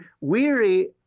weary